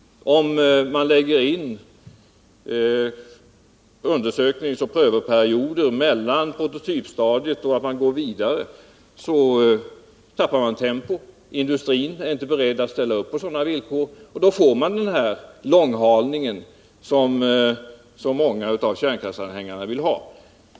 Om man lägger in undersökningsoch prövoperioder mellan prototypstadiet och nästa skede tappar man tempo. Industrin är inte beredd att ställa upp på sådana villkor, och då får man den långhalning som så många av kärnkraftsanhängarna vill ha.